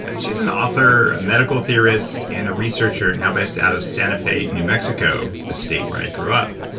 she's an author, a medical theorist, and a researcher now based out of santa fe new mexico, the state where i grew up.